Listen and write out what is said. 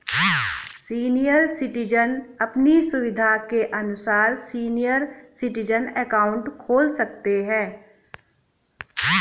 senior citizen अपनी सुविधा के अनुसार सीनियर सिटीजन अकाउंट खोल सकते है